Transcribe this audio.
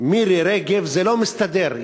מירי רגב, זה לא מסתדר.